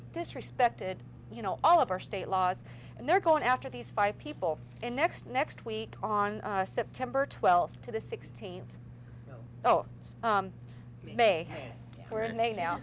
disrespected you know all of our state laws and they're going after these five people and next next week on september twelfth to the sixteenth oh may we're in they now